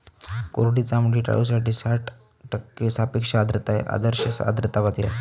कोरडी चामडी टाळूसाठी साठ टक्के सापेक्ष आर्द्रता ही आदर्श आर्द्रता पातळी आसा